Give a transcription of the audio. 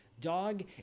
dog